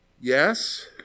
Yes